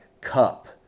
Cup